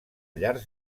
llar